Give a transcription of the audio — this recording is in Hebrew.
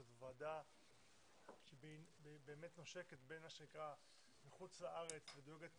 שזאת ועדה שנושקת בין מה שנקרא חוץ-לארץ ודואגת